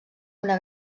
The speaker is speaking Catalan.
una